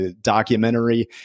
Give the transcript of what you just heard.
documentary